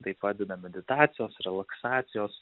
tai padeda meditacijos relaksacijos